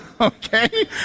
Okay